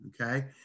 Okay